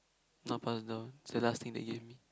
not passed down its the last thing they gave me